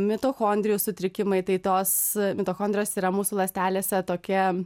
mitochondrijų sutrikimai tai tos mitochondrijos yra mūsų ląstelėse tokie